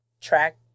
track